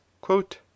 quote